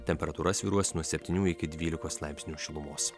temperatūra svyruos nuo septynių iki dvylikos laipsnių šilumos